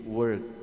work